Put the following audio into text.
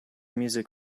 music